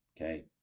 okay